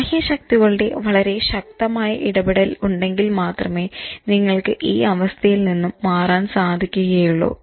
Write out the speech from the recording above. ബാഹ്യ ശക്തികളുടെ വളരെ ശക്തമായ ഇടപെടൽ ഉണ്ടെങ്കിൽ മാത്രമേ നിങ്ങൾക്ക് ഈ അവസ്ഥയിൽ നിന്നും മാറാൻ സാധിക്കുകയുള്ളു